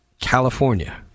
California